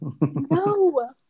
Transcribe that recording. No